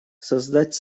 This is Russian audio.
создать